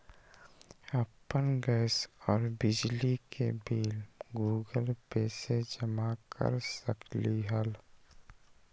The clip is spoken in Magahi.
अपन गैस और बिजली के बिल गूगल पे से जमा कर सकलीहल?